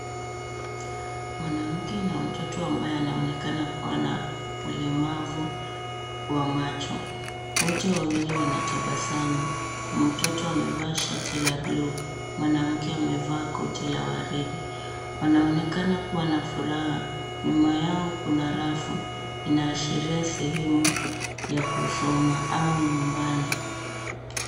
Mwanamke na mtoto ambaye anaonekana kuwa na ulemavu wa macho wote wawili wana tabasamu. Mtoto amevaa shati la bluu mwanamke amevaa koti la waridi wanaonekana kuwa na furaha nyuma yao kuna rafu inaashiria sehemu ya kusoma au nyumbani.